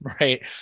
right